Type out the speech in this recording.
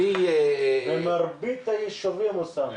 במרבית היישובים, אוסאמה.